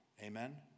amen